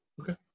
Okay